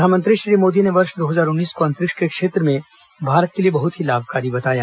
प्रधानमंत्री श्री मोदी ने वर्ष दो हजार उन्नीस को अंतरिक्ष के क्षेत्र में भारत के लिए बहुत ही लाभकारी बताया